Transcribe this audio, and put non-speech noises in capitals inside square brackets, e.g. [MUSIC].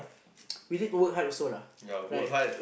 [NOISE] we need to work hard also lah right